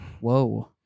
Whoa